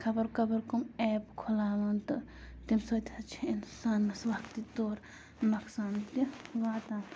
خبر خبر کَم ایپ کھُلاوان تہٕ تمہِ سۭتۍ حظ چھِ اِنسانَس وَقتی طور نۄقصان تہِ واتان